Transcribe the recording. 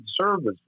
service